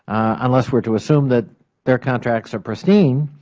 unless we are to assume that their contracts are pristine,